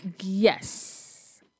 Yes